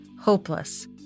hopeless